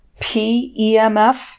PEMF